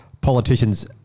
politicians